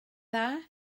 dda